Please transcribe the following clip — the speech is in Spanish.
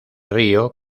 río